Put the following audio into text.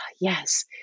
yes